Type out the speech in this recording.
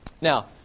Now